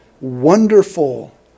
wonderful